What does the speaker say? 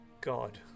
god